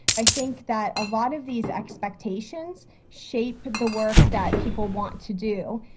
i think that a lot of these expectations shape the work that people want to do.